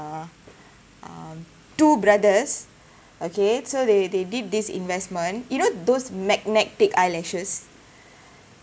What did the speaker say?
um two brothers okay so they they did this investment you know those magnetic eyelashes